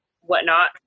whatnot